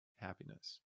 happiness